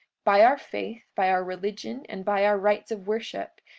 by our faith, by our religion, and by our rites of worship,